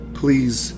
please